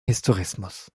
historismus